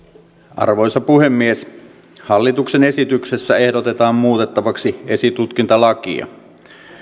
arvoisa puhemies hallituksen esityksessä ehdotetaan muutettavaksi esitutkintalakia